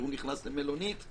הוא נכנס למלונית,